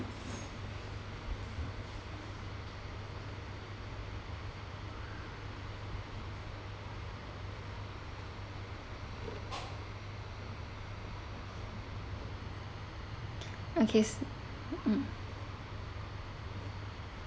okay mm